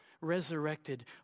resurrected